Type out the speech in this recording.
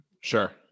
Sure